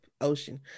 Ocean